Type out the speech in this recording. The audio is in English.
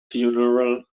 funeral